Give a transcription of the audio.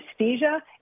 anesthesia